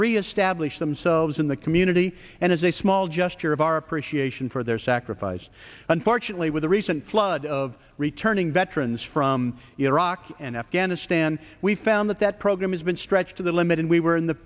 re establish themselves in the community and as a small gesture of our appreciation for their sacrifice unfortunately with the recent flood of returning veterans from iraq and afghanistan we found that that program has been stretched to the limit and we were in the